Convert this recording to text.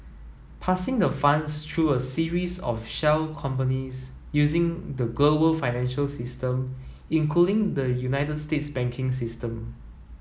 passing the funds through a series of shell companies using the global financial system including the United States banking system